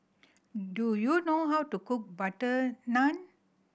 do you know how to cook butter naan